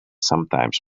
sometimes